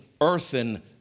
earthen